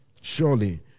Surely